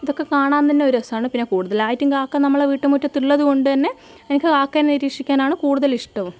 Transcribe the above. ഇതൊക്കെ കാണാൻ തന്നെ ഒരു രസമാണ് പിന്നെ കൂടുതലായിട്ട് കാക്ക നമ്മുടെ വീട്ടുമുട്ടത്തുള്ളത് കൊണ്ട് തന്നെ എനക്ക് കാക്കയെ നിരീക്ഷിക്കാനാണ് കൂടുതൽ ഇഷ്ടവും